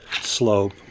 slope